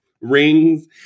rings